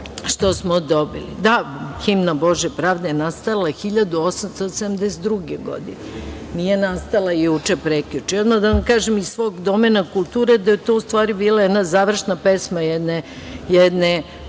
što smo dobili. Da, himna „Bože pravde“ je nastala 1872. godine. Nije nastala juče, prekjuče. Odmah da vam kažem, iz svog domena kulture, da je to u stvari bila jedna završna pesma jedne